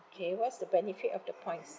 K what's the benefit of the points